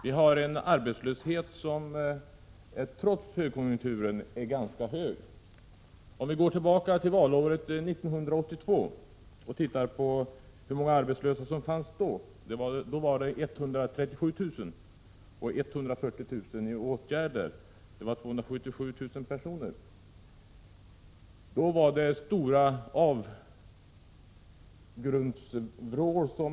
Vi har en arbetslöshet som trots högkonjunkturen är ganska hög. Om vi går tillbaka till valåret 1982 och tittar på hur många arbetslösa som då fanns, finner vi att antalet arbetslösa var 137 000 och att antalet personer i åtgärder var 140 000, dvs. tillsammans 277 000 personer.